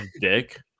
dick